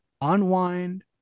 unwind